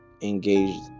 engaged